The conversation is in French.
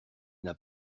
n’a